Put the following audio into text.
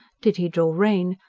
did he draw rein,